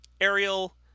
Ariel